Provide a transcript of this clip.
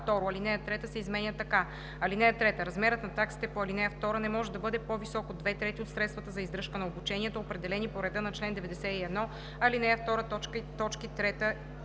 Алинея 3 се изменя така: „(3) Размерът на таксите по ал. 2 не може да бъде по-висок от две трети от средствата за издръжка на обучението, определени по реда на чл. 91, ал. 2, т. 1 и 3.“